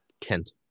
Kent